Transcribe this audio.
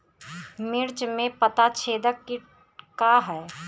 मिर्च में पता छेदक किट का है?